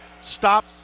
Stop